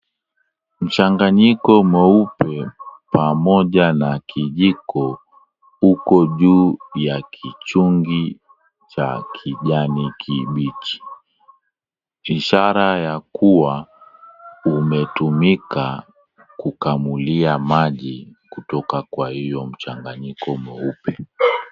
Mchanganyiko mweupe pamoja na kijiko huko juu ya kichungi cha kijani kibichi. Ishara ya kuwa umetumika kukamulia maji kutoka kwa hiyo mchanganyiko mweupe.